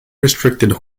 restricted